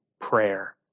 prayer